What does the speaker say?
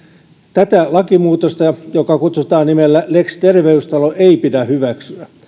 tätä lakimuutosta jota kutsutaan nimellä lex terveystalo ei pidä hyväksyä